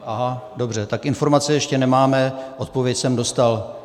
Aha, dobře, tak informace ještě nemáme, odpověď jsem dostal.